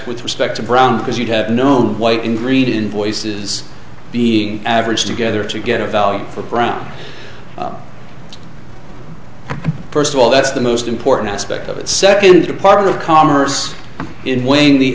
with respect to brown because you'd have known white and read invoices being averaged together to get a value for brown first of all that's the most important aspect of that second part of commerce in weighing the